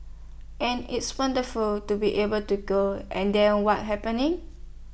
and it's wonderful to be able to go and then what happening